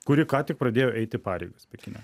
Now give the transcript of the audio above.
kuri ką tik pradėjo eiti pareigas pekine